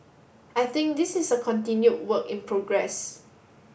I think this is a continued work in progress